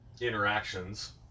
interactions